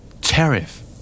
Tariff